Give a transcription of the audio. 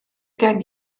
gen